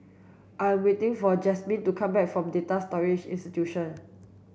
I am waiting for Jazmyn to come back from Data Storage Institute